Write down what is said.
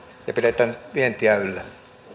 ja pidetään vientiä yllä